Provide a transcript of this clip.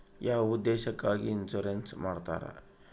ಯಾವ ಉದ್ದೇಶಕ್ಕಾಗಿ ಇನ್ಸುರೆನ್ಸ್ ಮಾಡ್ತಾರೆ?